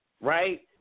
right